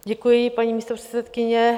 Děkuji, paní místopředsedkyně.